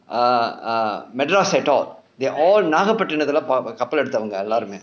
err err madras at all they are all நாகப்பட்டினத்தில் கப்பல் எடுத்தவோங்க எல்லாருமே:naakapattinathil kappal eduthavonga ellarumae